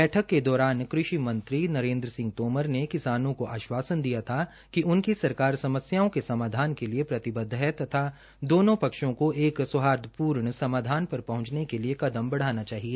बैठक के दौरान कृषि मंत्री नरेन्द्र सिंह तोमर ने किसानों केा आश्वासन दिया था कि सरकार उनकी समस्याओं के समाधान के लिए प्रतिबद्व है तथा दोनों पक्षों को एक सौहार्दपूर्ण समाधान पर पहंचने के लिए कदम बढ़ाना चाहिए